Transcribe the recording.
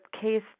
case